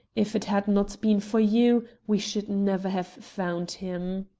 if it had not been for you we should never have found him.